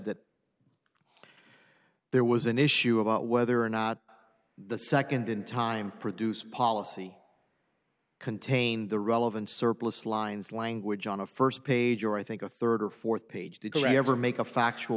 that there was an issue about whether or not the second in time produced policy contained the relevant surplus lines language on a first page or i think a third or fourth page did you ever make a factual